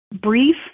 brief